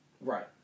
Right